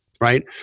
right